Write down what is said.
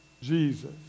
Jesus